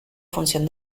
función